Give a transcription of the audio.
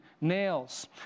nails